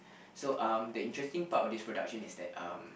so um the interesting part of this production is that um